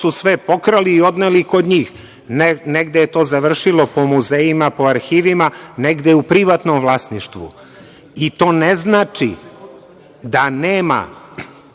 su sve pokrali i odneli kod njih. Negde je to završilo po muzejima, po arhivima, negde je u privatnom vlasništvu i to ne znači da nema